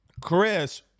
Chris